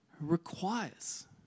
Requires